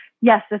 yes